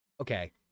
okay